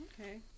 Okay